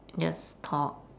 just talk